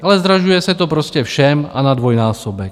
Ale zdražuje se to prostě všem a na dvojnásobek.